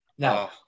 No